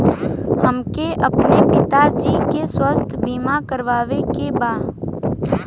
हमके अपने पिता जी के स्वास्थ्य बीमा करवावे के बा?